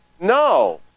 no